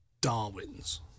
Darwin's